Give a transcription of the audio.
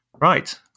Right